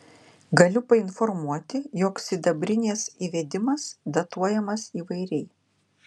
galiu painformuoti jog sidabrinės įvedimas datuojamas įvairiai